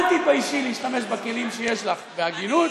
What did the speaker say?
אל תתביישי להשתמש בכלים שיש לך בהגינות,